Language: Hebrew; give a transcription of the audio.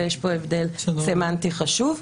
ויש פה הבדל סמנטי חשוב.